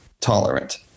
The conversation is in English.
tolerant